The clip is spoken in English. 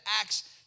Acts